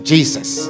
Jesus